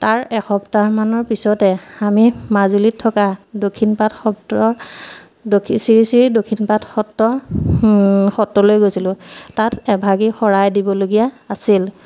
তাৰ এসপ্তাহমানৰ পিছতে আমি মাজুলীত থকা দক্ষিণপাট সত্ৰ দক্ষিণ শ্ৰী শ্ৰী দক্ষিণপাট সত্ৰ সত্ৰলৈ গৈছিলোঁ তাত এভাগি শৰাই দিবলগীয়া আছিল